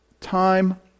Time